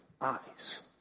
eyes